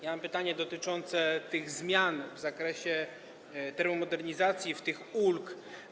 Ja mam pytanie dotyczące tych zmian w zakresie termomodernizacji, tych ulg.